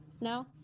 No